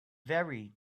very